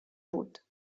بود